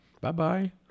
Bye-bye